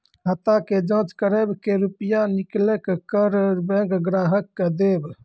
खाता के जाँच करेब के रुपिया निकैलक करऽ बैंक ग्राहक के देब?